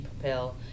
propel